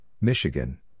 Michigan